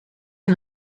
een